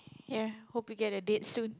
ya hope you get a date soon